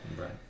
Right